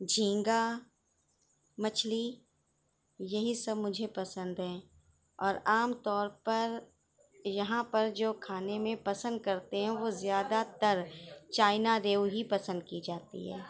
جھینگا مچھلی یہی سب مجھے پسند ہیں اور عام طور پر یہاں پر جو کھانے میں پسند کرتے ہیں وہ زیادہ تر چائنا ریہو ہی پسند کی جاتی ہے